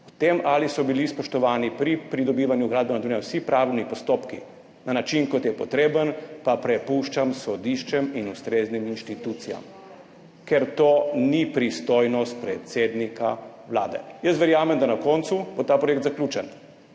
O tem, ali so bili spoštovani pri pridobivanju gradbene dovoljenje vsi pravni postopki na način, kot je potreben, pa prepuščam sodiščem in ustreznim institucijam, ker to ni pristojnost predsednika Vlade. Jaz verjamem, da bo na koncu ta projekt zaključen,